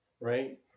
Right